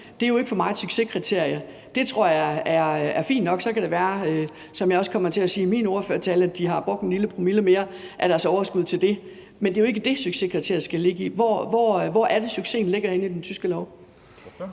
Det er jo ikke for mig et succeskriterie. Det tror jeg er fint nok. Så kan det være, som jeg også kommer til at sige i min ordførertale, at de har brugt en lille promille mere af deres overskud til det. Men det er jo ikke det, der skal være succeskriteriet. Hvor er det succesen ligger i den tyske lov?